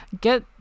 get